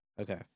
Okay